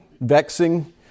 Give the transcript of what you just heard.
vexing